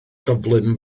gyflym